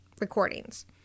recordings